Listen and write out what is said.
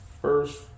first